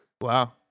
Wow